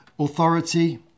authority